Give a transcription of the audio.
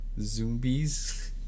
Zombies